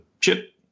chip